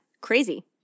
Crazy